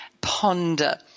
ponder